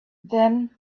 then